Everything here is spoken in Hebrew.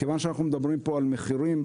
מכיוון שאנחנו מדברים על מחירים,